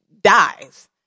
dies